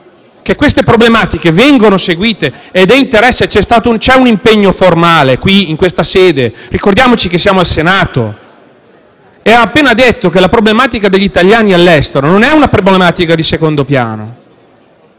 che queste problematiche vengono seguite e c'è un impegno formale in questa sede (ricordiamoci che siamo al Senato). E ha appena detto che la problematica degli italiani all'estero non è una problematica di secondo piano.